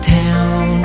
town